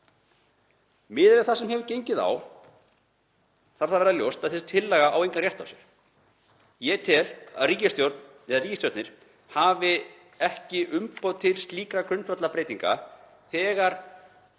Miðað við það sem hefur gengið á þarf að vera ljóst að þessi tillaga á engan rétt á sér. Ég tel að ríkisstjórn eða ríkisstjórnir hafi ekki umboð til slíkra grundvallarbreytinga þegar